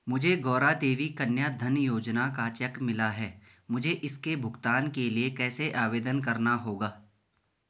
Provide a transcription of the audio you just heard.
मुझे गौरा देवी कन्या धन योजना का चेक मिला है मुझे इसके भुगतान के लिए कैसे आवेदन करना होगा?